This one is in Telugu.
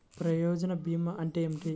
ప్రయోజన భీమా అంటే ఏమిటి?